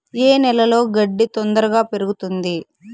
ఏ నేలలో గడ్డి తొందరగా పెరుగుతుంది